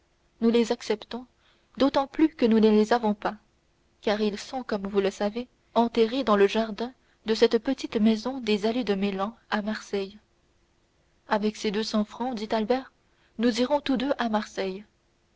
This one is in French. nous les acceptons d'autant plus que nous ne les avons pas car ils sont comme vous le savez enterrés dans le jardin de cette petite maison des allées de meilhan à marseille avec deux cents francs dit albert nous irons tous deux à marseille